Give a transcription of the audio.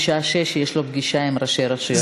בשעה 18:00 יש לו פגישה עם ראשי רשויות מהצפון.